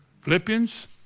Philippians